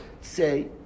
Say